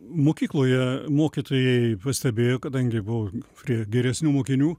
mokykloje mokytojai pastebėjo kadangi buvau prie geresnių mokinių